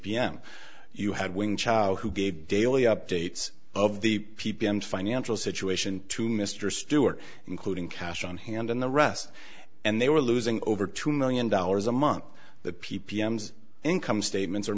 p m you had when chow who gave daily updates of the p p m financial situation to mr stewart including cash on hand and the rest and they were losing over two million dollars a month that p p m income statements are